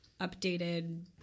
updated